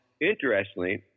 interestingly